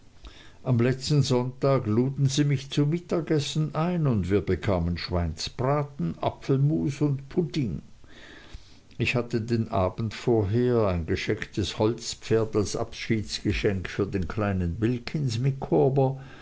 am letzten sonntag luden sie mich zum mittagessen ein und wir bekamen schweinsbraten apfelmus und pudding ich hatte den abend vorher ein geschecktes holzpferd als abschiedsgeschenk für den kleinen wilkins